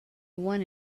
one